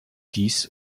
dies